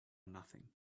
nothing